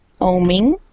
oming